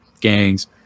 gangs